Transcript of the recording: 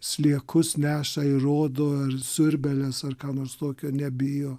sliekus neša ir rodo ar siurbėles ar ką nors tokio nebijo